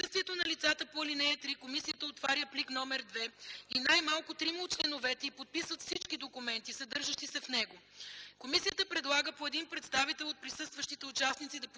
В присъствието на лицата по ал. 3 комисията отваря плик № 2 и най-малко трима от членовете й подписват всички документи, съдържащи се в него. Комисията предлага по един представител от присъстващите участници да подпише